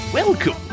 Welcome